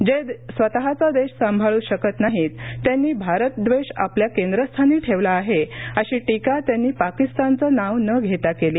जे स्वतचा देश सांभाळू शकत नाहीत त्यांनी भारतद्वेष आपल्या केंद्रस्थानी ठेवला आहे अशी टीका त्यांनी पाकिस्तानचं नाव न घेता केली